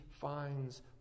finds